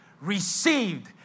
received